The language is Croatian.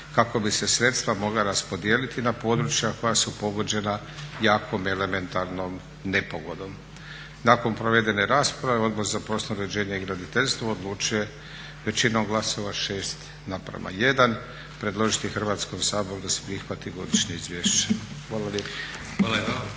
kako bi se sredstva moga raspodijeliti na područja koja su pogođena jakom elementarnom nepogodom. Nakon provedene rasprave Odbor za poslovno uređenje i graditeljstvo odlučio je većinom glasova, 6:1 predložiti Hrvatskom saboru da se prihvati godišnje izvješće.